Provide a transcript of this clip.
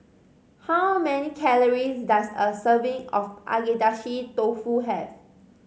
how many calories does a serving of Agedashi Dofu have